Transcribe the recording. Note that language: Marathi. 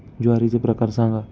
ज्वारीचे प्रकार सांगा